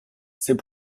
c’est